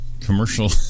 commercial